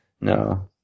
no